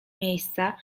miejsca